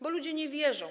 Bo ludzie nie wierzą.